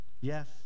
Yes